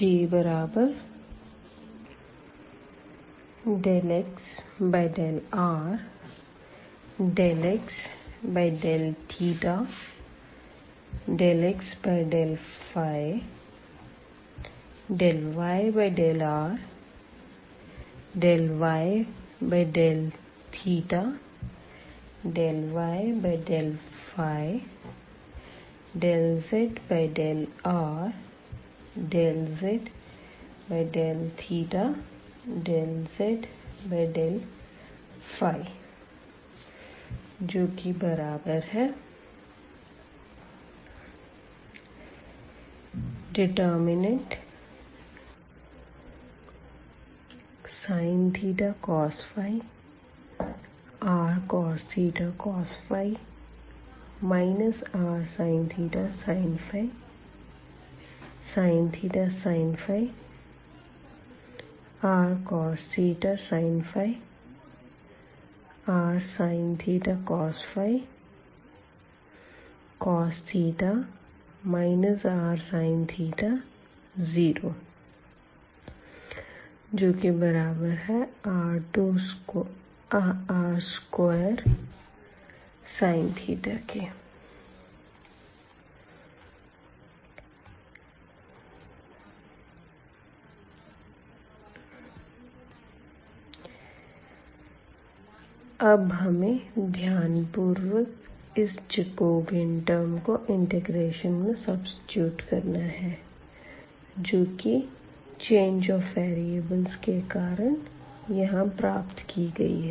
J∂x∂r ∂x∂θ ∂x∂ϕ ∂y∂r ∂y∂θ ∂y∂ϕ ∂z∂r ∂z∂θ ∂z∂ϕ sin cos rcos cos rsin sin sin sin rcos sin rsin cos cos rsin 0 r2sin अब हमें ध्यानपूर्वक इस Jacobian term को integration में substitute करना है जो की चेंज ऑफ वेरीअबल्ज़ के कारण यहाँ प्राप्त की गई है